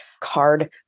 card